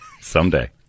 Someday